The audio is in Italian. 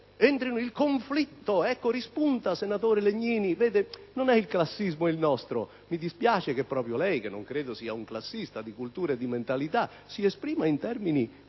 rispunta il conflitto, senatore Legnini: non è classismo il nostro. Mi dispiace che proprio lei, che non credo sia un classista di cultura e di mentalità, si esprima in termini